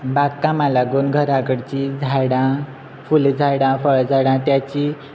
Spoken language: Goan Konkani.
बाग कामां लागून घरा कडचीं झाडां फुल झाडां फळ झाडां त्याची